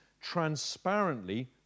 transparently